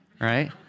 right